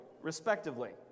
respectively